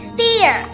fear